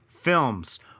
Films